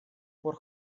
пор